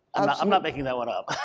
i'm not making that one up.